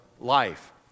life